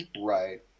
Right